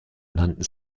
nannten